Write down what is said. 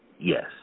Yes